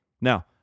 Now